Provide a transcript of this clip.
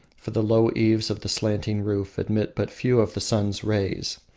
for the low eaves of the slanting roof admit but few of the sun's rays.